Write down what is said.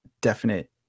definite